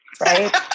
right